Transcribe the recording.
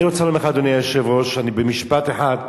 אני רוצה לומר לך, אדוני היושב-ראש, במשפט אחד: